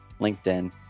LinkedIn